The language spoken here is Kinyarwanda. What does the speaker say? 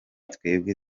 twebwe